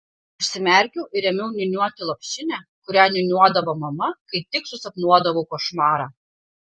užsimerkiau ir ėmiau niūniuoti lopšinę kurią niūniuodavo mama kai tik susapnuodavau košmarą